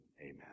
amen